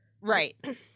Right